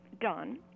done